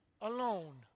alone